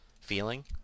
feeling